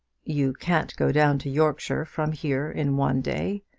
you can't go down to yorkshire from here in one day.